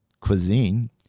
cuisine